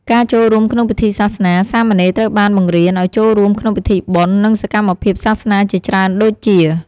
ការចូលរួមក្នុងពិធីសាសនា សាមណេរត្រូវបានបង្រៀនឱ្យចូលរួមក្នុងពិធីបុណ្យ និងសកម្មភាពសាសនាជាច្រើនដូចជា។